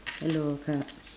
hello kak